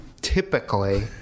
typically